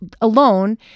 alone